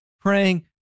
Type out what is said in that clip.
praying